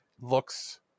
looks